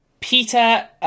Peter